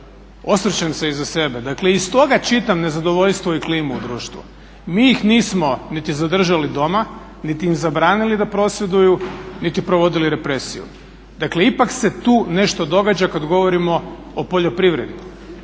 osvrćem se iza sebe. Dakle, iz toga čitam nezadovoljstvo i klimu u društvu. Mi ih nismo niti zadržali doma, niti im zabranili da prosvjeduju niti provodili represiju. Dakle, ipak se tu nešto događa kad govorimo o poljoprivredi.